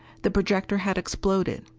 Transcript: the projector had exploded.